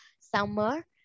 summer